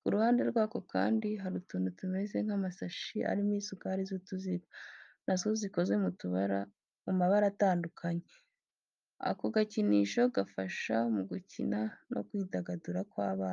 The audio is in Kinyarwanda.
Ku ruhande rwako kandi, hari utuntu tumeze nk'amasashi arimo isukari z'utuziga, na zo zikozwe mu mabara atandukanye. Ako gakinisho gafasha mu gukina no kwidagadura kw'abana.